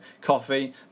coffee